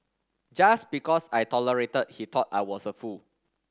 just because I tolerated he thought I was a fool